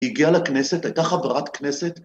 ‫הגיעה לכנסת, הייתה חברת כנסת?